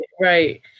right